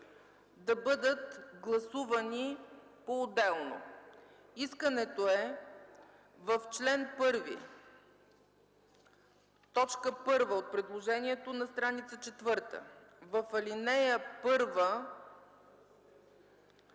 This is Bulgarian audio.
да бъдат гласувани поотделно. Искането е в чл. 1, т. 1 от предложението на стр. 4 в ал. 1,